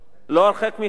לא הרחק מכאן,